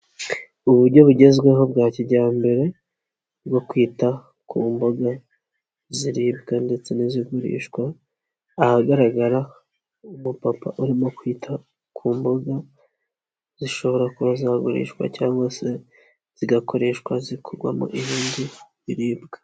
Uburyo bugezweho bwa kijyambere bwo kwita ku mboga ziribwa ndetse n'izigurishwa ahagaragara umupapa urimo kwita ku mboga zishobora kuba zagurishwa cyangwa se zigakoreshwa zikorwamo ibindi biribwa.